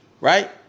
right